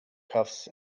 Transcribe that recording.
cuffs